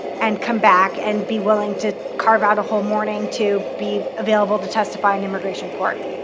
and come back, and be willing to carve out a whole morning to be available to testify in immigration court.